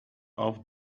auf